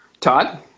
Todd